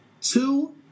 Two